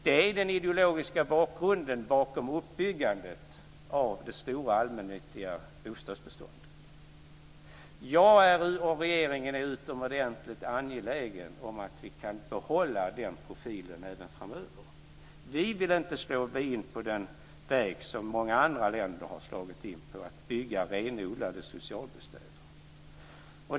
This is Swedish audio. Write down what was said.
Detta är den ideologiska bakgrunden till uppbyggandet av det stora allmännyttiga bostadsbeståndet. Jag och regeringen är utomordentligt angelägna om att behålla den profilen även framöver. Vi vill inte slå in på den väg som många andra länder har slagit in på, nämligen att bygga renodlade socialbostäder.